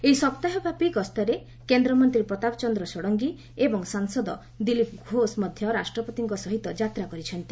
ଏହି ସପ୍ତାହବ୍ୟାପୀ ଗସ୍ତରେ କେନ୍ଦ୍ରମନ୍ତ୍ରୀ ପ୍ରଚାପ ଚନ୍ଦ୍ର ଷଡ଼ଙ୍ଗୀ ଏବଂ ସାଂସଦ ଦିଲୀପ ଘୋଷ ମଧ୍ୟ ରାଷ୍ଟ୍ରପତିଙ୍କ ସହିତ ଯାତ୍ରା କରିଛନ୍ତି